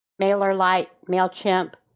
mailerlite, mailchimp,